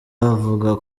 avuga